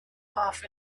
off